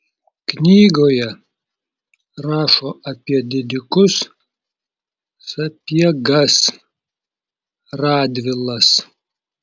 knygoje rašo apie didikus sapiegas radvilas